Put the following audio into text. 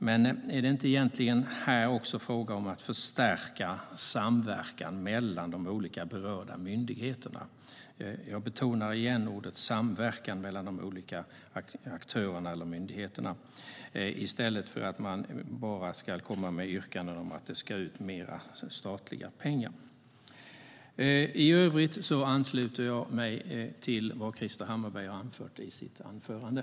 Men är det inte egentligen också här fråga om att förstärka samverkan mellan de olika berörda myndigheterna - och jag betonar åter ordet samverkan mellan de olika aktörerna eller myndigheterna - i stället för att man bara kommer med yrkanden om att det ska ut mer statliga pengar? I övrigt ansluter jag mig till vad Krister Hammarbergh har anfört i sitt anförande.